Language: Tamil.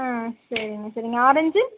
சரிங்க சரிங்க ஆரஞ்சு